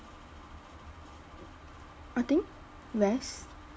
what thing rest